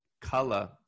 color